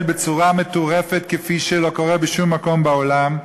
בצורה מטורפת כפי שלא קורה בשום מקום בעולם,